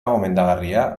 gomendagarria